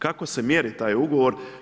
Kako se mjeri taj ugovor?